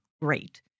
great